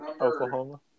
Oklahoma